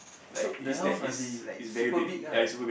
so the house must be like super big lah